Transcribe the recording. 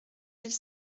mille